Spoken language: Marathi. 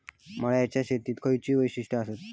मळ्याच्या शेतीची खयची वैशिष्ठ आसत?